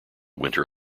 winter